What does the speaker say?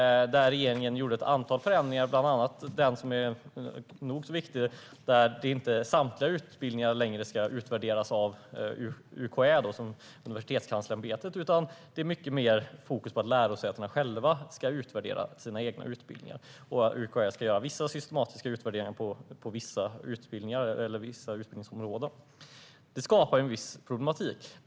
Regeringen gjorde ett antal förändringar, bland annat en viktig förändring som innebär att inte samtliga utbildningar ska utvärderas av Universitetskanslersämbetet, UKÄ. Fokus ligger mycket mer på att lärosätena själva ska utvärdera de egna utbildningarna. UKÄ ska göra vissa systematiska utvärderingar på vissa utbildningar eller utbildningsområden. Detta skapar en del problem.